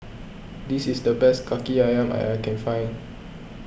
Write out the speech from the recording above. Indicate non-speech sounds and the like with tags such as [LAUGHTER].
this is the best Kaki Ayam [UNINTELLIGIBLE] I can find